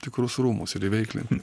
tikrus rūmus ir įveiklinti